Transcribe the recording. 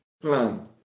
plan